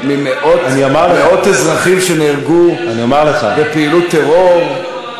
מאות אזרחים שנהרגו בפעילות טרור.